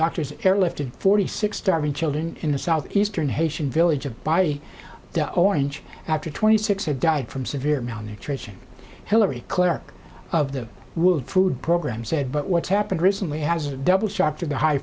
doctors airlifted forty six starving children in the southeastern haitian village of by the orange after twenty six have died from severe malnutrition hillary clerk of the world food program said but what's happened recently has double shocked at the high